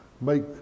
Make